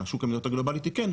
מה ששוק המניות הגלובלי תיקן,